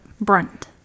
Brunt